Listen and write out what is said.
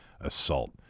assault